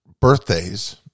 birthdays